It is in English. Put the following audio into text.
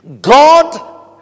God